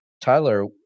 Tyler